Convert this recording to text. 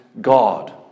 God